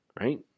right